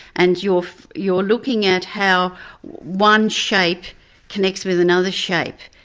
and you're you're looking at how one shape connects with another shape,